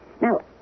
Now